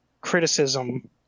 criticism